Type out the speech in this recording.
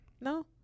no